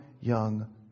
young